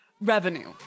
revenue